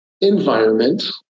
environment